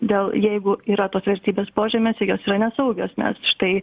dėl jeigu yra tos vertybės požemiuose jos yra nesaugios nes štai